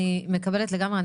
אני מקבל לגמרי,